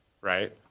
right